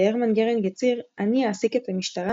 והרמן גרינג הצהיר "אני אעסיק את המשטרה,